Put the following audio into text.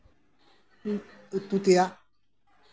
ᱩᱛᱩ ᱛᱮᱭᱟᱜ